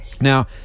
Now